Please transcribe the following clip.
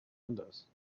windows